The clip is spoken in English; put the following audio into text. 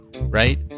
Right